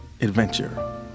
Adventure